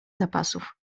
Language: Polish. zapasów